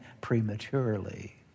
prematurely